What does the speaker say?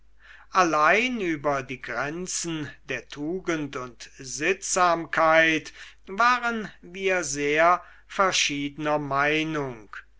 allein über die grenzen der tugend und sittsamkeit waren wir sehr verschiedener meinung